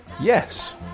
Yes